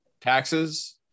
Taxes